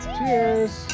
Cheers